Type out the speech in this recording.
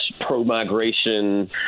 pro-migration